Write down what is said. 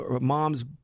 mom's